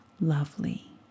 lovely